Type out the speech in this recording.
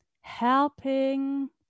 helping